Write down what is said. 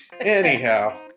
Anyhow